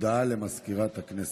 הודעה לסגנית מזכיר הכנסת.